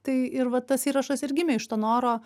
tai ir va tas įrašas ir gimė iš to noro